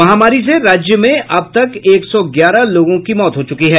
महामारी से राज्य में अब तक एक सौ ग्यारह लोगों की मौत हो चुकी है